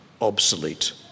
obsolete